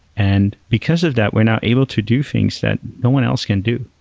and because of that, we're now able to do things that no one else can do.